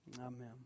Amen